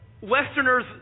Westerners